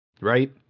right